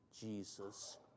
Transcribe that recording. Jesus